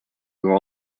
were